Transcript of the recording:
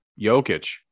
Jokic